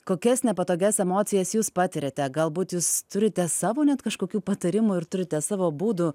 kokias nepatogias emocijas jūs patiriate galbūt jūs turite savo net kažkokių patarimų ir turite savo būdų